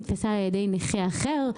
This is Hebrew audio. נתפסה על ידי נכה אחר,